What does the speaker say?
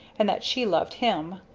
and that she loved him,